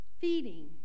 feeding